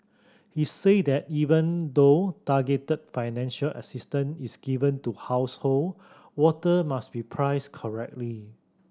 he said that even though targeted financial assistance is given to household water must be priced correctly